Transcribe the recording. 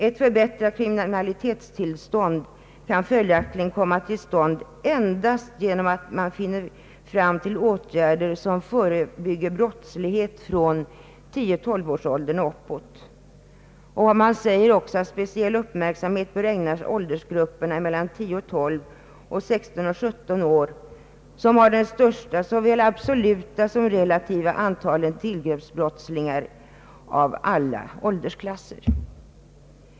Ett förbättrat kriminalitetstillstånd kan följaktligen komma till stånd endast genom att man finner fram till åtgärder som förebygger brottslighet från 10—212-årsåldern och uppåt. Speciell uppmärksamhet bör ägnas åldersgrupperna mellan 10—12 och 16—17 år som har de största såväl absoluta som relativa antalen tillgreppsbrottslingar av alla åldersklasser.